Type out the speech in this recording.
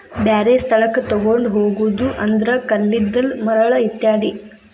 ಬ್ಯಾರೆ ಸ್ಥಳಕ್ಕ ತುಗೊಂಡ ಹೊಗುದು ಅಂದ್ರ ಕಲ್ಲಿದ್ದಲ, ಮರಳ ಇತ್ಯಾದಿ